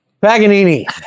Paganini